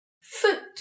Foot